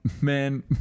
Man